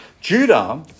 Judah